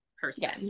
person